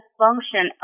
function